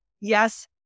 yes